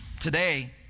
Today